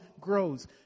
grows